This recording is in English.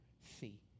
see